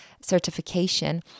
certification